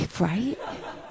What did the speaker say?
right